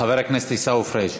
חבר הכנסת עיסאווי פריג'.